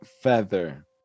feather